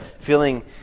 feeling